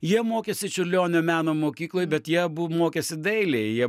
jie mokėsi čiurlionio meno mokykloj bet jie abu mokėsi dailėj jie